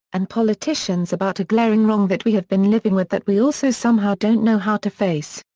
and politicians about a glaring wrong that we have been living with that we also somehow don't know how to face.